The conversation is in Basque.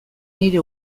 nire